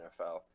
NFL